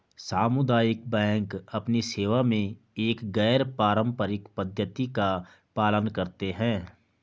सामुदायिक बैंक अपनी सेवा में एक गैर पारंपरिक पद्धति का पालन करते हैं